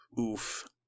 oof